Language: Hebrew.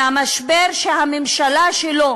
שהממשלה שלו